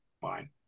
fine